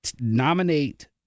nominate